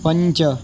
पञ्च